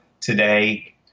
today